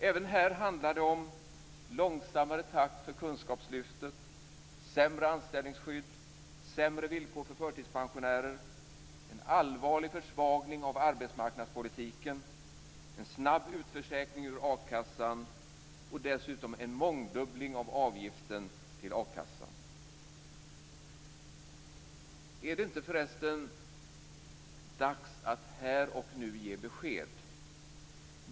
Även här handlar det om långsammare takt för kunskapslyftet, sämre anställningsskydd, sämre villkor för förtidspensionärer, en allvarlig försvagning av arbetsmarknadspolitiken, en snabb utförsäkring ur a-kassan och dessutom en mångdubbling av avgiften till a-kassan. Är det inte för resten dags att här och nu ge besked?